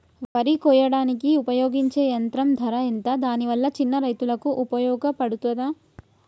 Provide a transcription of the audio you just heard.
వరి కొయ్యడానికి ఉపయోగించే యంత్రం ధర ఎంత దాని వల్ల చిన్న రైతులకు ఉపయోగపడుతదా?